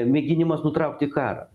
mėginimas nutraukti karą